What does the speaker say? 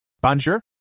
Bonjour